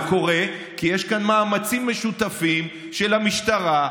זה קורה כי יש כאן מאמצים משותפים של המשטרה,